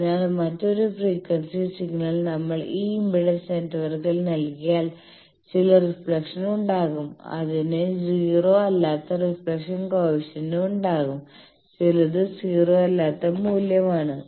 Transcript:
അതിനാൽ മറ്റൊരു frequency signal നമ്മൾ ഈ ഇംപെഡൻസ് നെറ്റ്വർക്കിൽ നൽകിയാൽ ചില റിഫ്ലക്ഷൻ ഉണ്ടാകും അതിന് 0 അല്ലാത്ത റിഫ്ലക്ഷൻ കോയെഫിഷ്യന്റും ഉണ്ടാകും ചിലത് 0 അല്ലാത്ത മൂല്യമാണ്